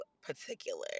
particular